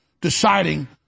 deciding